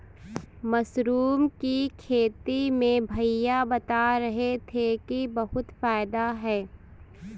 mushroom की खेती में भैया बता रहे थे कि बहुत फायदा है